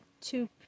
two